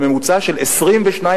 בממוצע של 22.5%,